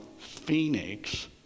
Phoenix